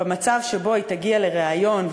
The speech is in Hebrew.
במצב שבו היא תגיע לריאיון,